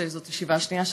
זאת ישיבה שנייה שלך,